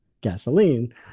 gasoline